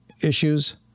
issues